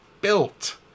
built